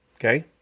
Okay